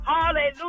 Hallelujah